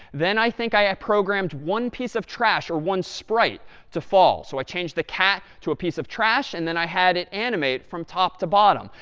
then i think i programmed one piece of trash or one sprite to fall. so i changed the cat to a piece of trash and then i had it animate from top to bottom.